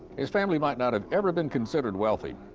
his family might not have ever been considered wealthy,